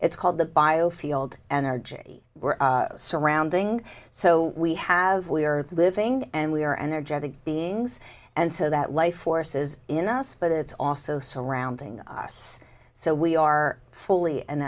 it's called the bio field energy we're surrounding so we have we are living and we are and there jetted beings and so that life forces in us but it's also surrounding us so we are fully and